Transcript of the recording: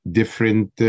different